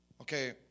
Okay